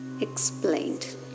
explained